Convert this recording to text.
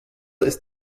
ist